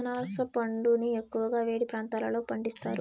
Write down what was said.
అనాస పండును ఎక్కువగా వేడి ప్రాంతాలలో పండిస్తారు